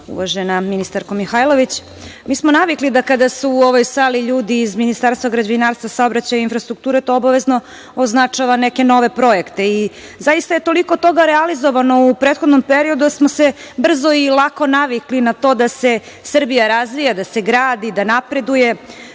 uvažena ministarko Mihajlović, navikli smo da kada su u ovoj sali ljudi iz Ministarstva građevinarstva, saobraćaja i infrastrukture to obavezno označava neke nove projekte i zaista je toliko toga realizovano u prethodnom periodu da smo se brzo i lako navikli na to da se Srbija razvija, da se gradi, da napreduje.